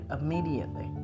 immediately